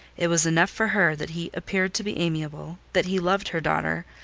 it was enough for her that he appeared to be amiable, that he loved her daughter,